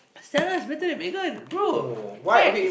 Stella is better than Megan bro facts